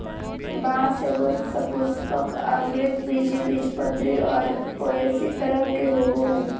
बाँस एगो सपुष्पक, आवृतबीजी, बीजपत्री और पोएसी तरह के होबो हइ